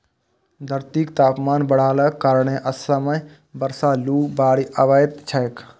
धरतीक तापमान बढ़लाक कारणें असमय बर्षा, लू, बाढ़ि अबैत छैक